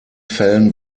fällen